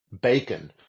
bacon